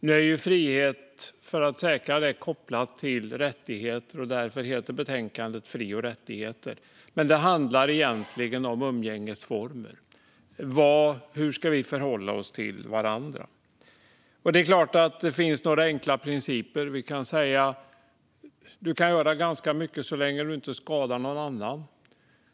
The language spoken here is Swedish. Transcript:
För att friheten ska säkras är den kopplad till rättigheter, och därför heter betänkandet Fri och rättigheter m.m. . Men egentligen handlar det om umgängesformer, om hur vi ska förhålla oss till varandra. Fri och rättig-heter m.m. Det är klart att det finns några enkla principer. Vi kan säga: Du kan göra ganska mycket så länge du inte skadar någon annan.